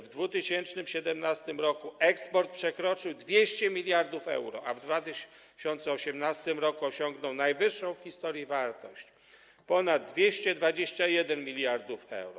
W 2017 r. eksport przekroczył 200 mld euro, a w 2018 r. osiągnął najwyższą w historii wartość ponad 221 mld euro.